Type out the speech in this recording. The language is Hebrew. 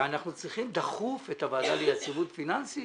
שאנחנו צריכים דחוף את הוועדה ליציבות פיננסית